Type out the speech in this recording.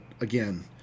again